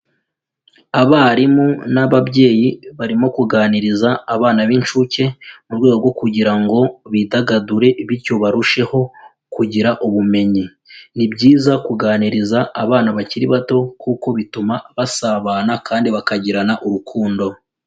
Abarimu n'ababyeyi barimo kuganiriza abana b'inshuke mu rwego rwo kugira ngo bidagadure bityo barusheho kugira ubumenyi, ni byiza kuganiriza abana bakiri bato kuko bituma basabana kandi bakagirana urukundo.